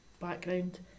background